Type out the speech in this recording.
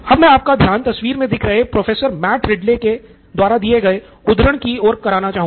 अब मैं आपका ध्यान तस्वीर मे दिख रहे प्रोफेसर मैट रिडले के द्वारा दिये गए उद्धरण की ओर कराना चाहूंगा